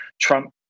Trump